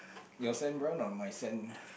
your sand brown or my sand